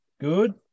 Good